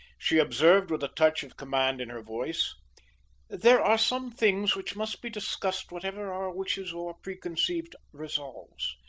she observed with a touch of command in her voice there are some things which must be discussed whatever our wishes or preconceived resolves.